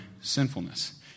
sinfulness